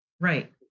Right